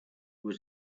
was